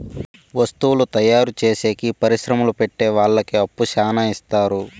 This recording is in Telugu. వత్తువుల తయారు చేసేకి పరిశ్రమలు పెట్టె వాళ్ళకి అప్పు శ్యానా ఇత్తారు